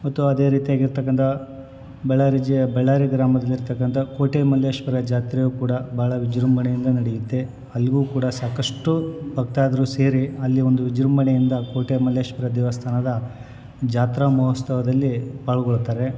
ಮತ್ತು ಅದೇ ರೀತಿಯಾಗಿರ್ತಕ್ಕಂಥ ಬಳ್ಳಾರಿ ಜಿ ಬಳ್ಳಾರಿ ಗ್ರಾಮದಲ್ಲಿರ್ತಕ್ಕಂಥ ಕೋಟೆಮಲ್ಲೇಶ್ವರ ಜಾತ್ರೆಯು ಕೂಡ ಭಾಳ ವಿಜೃಂಭಣೆಯಿಂದ ನಡೆಯುತ್ತೆ ಅಲ್ಲಿಗು ಕೂಡ ಸಾಕಷ್ಟು ಭಕ್ತಾದ್ರು ಸೇರಿ ಅಲ್ಲಿ ಒಂದು ವಿಜೃಂಭಣೆಯಿಂದ ಕೋಟೆಮಲ್ಲೇಶ್ವರ ದೇವಸ್ಥಾನದ ಜಾತ್ರಾ ಮಹೋತ್ಸವದಲ್ಲಿ ಪಾಲ್ಗೊಳ್ತಾರೆ